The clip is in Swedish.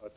kr.